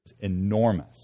enormous